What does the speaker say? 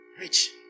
Rich